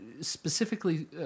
specifically